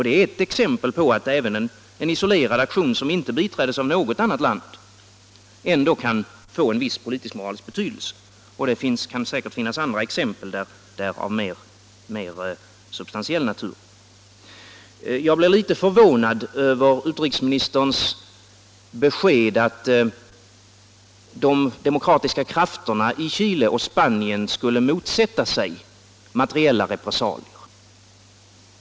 Det är ett exempel på att även en isolerad aktion, som inte biträds av något annat land, ändå kan få en viss politisk-moralisk betydelse, och det kan säkert finnas andra ex= I empel av mer substantiell natur. Om allmän bojkott Jag blev litet förvånad över utrikesministerns besked att de demomot Chile och kratiska krafterna i Chile och Spanien skulle motsätta sig materiella re — Spanien pressalier.